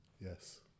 yes